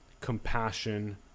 compassion